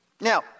Now